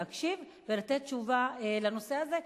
להקשיב ולתת תשובה לנושא הזה,